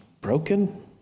broken